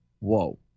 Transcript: whoa